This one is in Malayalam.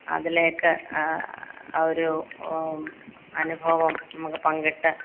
അതിലേക്ക് ആ ഒരു അനുഭവം നമുക്ക് പങ്കിട്ട്